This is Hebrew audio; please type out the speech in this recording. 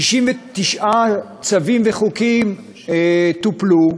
69 צווים וחוקים טופלו,